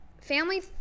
family